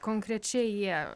konkrečiai jie